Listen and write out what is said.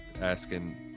asking